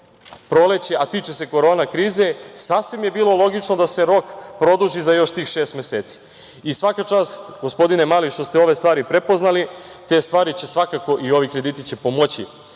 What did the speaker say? proleće, a tiče se korona krize, sasvim je bilo logično da se rok produži za još tih šest meseci. Svaka čast, gospodine Mali, što ste ove stvari prepoznali. Te stvari i ovi krediti će svakako